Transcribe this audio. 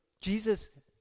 Jesus